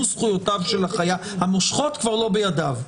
זכויותיו של החייב והמושכות כבר לא בידיו.